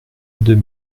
deux